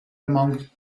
among